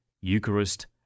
Eucharist